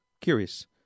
Curious